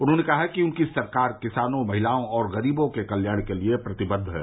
उन्होंने कहा कि उनकी सरकार किसानों महिलाओं और गरीबों के कल्याण के लिये प्रतिबद्ध है